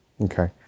Okay